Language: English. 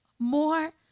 More